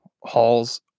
halls